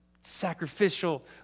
sacrificial